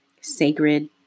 sacred